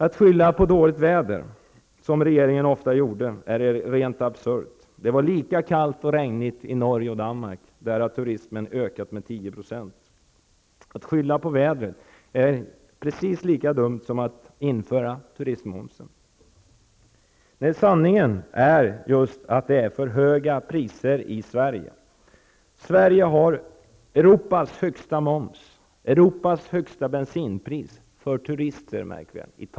Att skylla på dåligt väder, som regeringen ofta gjorde, är rent absurt. Det var lika kallt och regnigt i Norge och Danmark, men där har turismen ökat med 10 %. Att skylla på vädret är precis lika dumt som att införa turistmomsen. Sanningen är att det är för höga priser i Sverige. Sverige har Europas högsta moms, Europas högsta bensinpris för turister -- märk väl för turister.